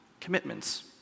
commitments